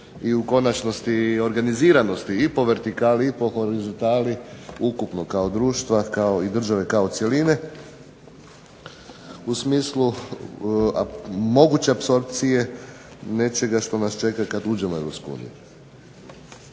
i u konačnosti i organiziranosti i po vertikali i po horizontali ukupno kao društva kao i države kao cjeline u smislu moguće apsorpcije nečega što nas čega kad uđemo u Europsku